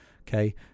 Okay